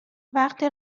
وقتی